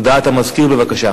נאבקנו,